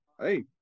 Hey